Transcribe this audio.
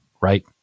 right